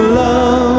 love